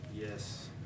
Yes